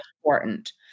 important